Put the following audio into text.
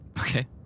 Okay